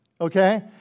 okay